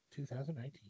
2019